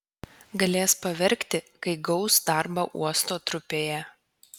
galės paverkti kai gaus darbą uosto trupėje